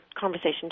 conversation